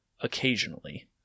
occasionally